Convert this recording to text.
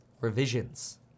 revisions